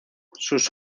sus